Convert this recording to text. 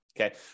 Okay